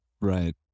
Right